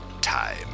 time